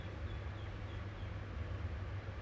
I play a fair share of